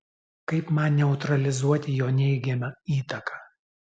kaip man neutralizuoti jo neigiamą įtaką